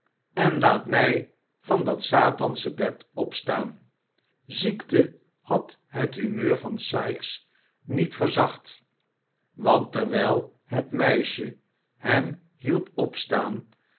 en laat mij van dat satansche bed opstaan ziekte had het humeur van sikes niet verzacht want terwijl het meisje hem hielp opstaan